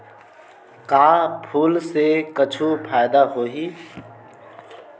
का फूल से कुछु फ़ायदा होही?